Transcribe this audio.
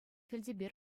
элтепер